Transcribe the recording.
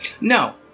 No